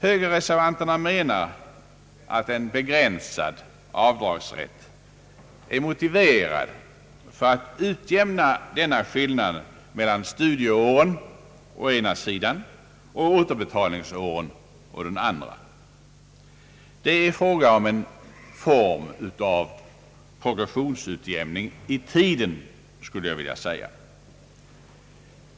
Högerreservanterna menar att en begränsad avdragsrätt är motiverad för att utjämna skillnaden mellan studieåren å ena sidan och återbetalningsåren å den andra. Det är fråga om en form av progressionsutjämning i tiden, skulle jag vilja säga.